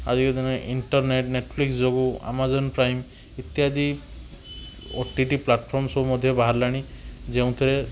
ଆଜିକା ଦୁନିଆରେ internet Netflix ଯୋଗୁଁ ଆମାଜନପ୍ରାଇମ ଇତ୍ୟାଦି ଓ ଟି ଟି ପ୍ଲାଟଫର୍ମ ସବୁ ମଧ୍ୟ ବାହାରିଲାଣି ଯେଉଁଥିରେ